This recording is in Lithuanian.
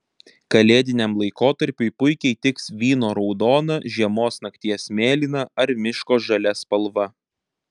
kalėdiniam laikotarpiui puikiai tiks vyno raudona žiemos nakties mėlyna ar miško žalia spalva